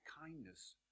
kindness